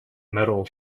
metal